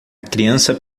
criança